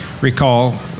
recall